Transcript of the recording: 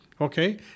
Okay